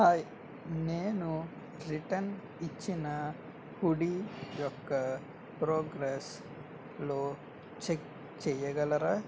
hi నేను return ఇచ్చిన hoodie యొక్క ప్రోగ్రెస్లో చెక్ చేయగలరా